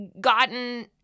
gotten